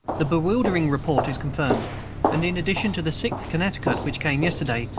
the bewildering report is confirmed and in addition to the sixth connecticut, which came yesterday,